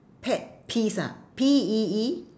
pet peeves ah P E E